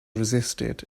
resisted